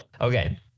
Okay